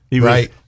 Right